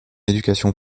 éducation